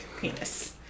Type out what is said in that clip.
penis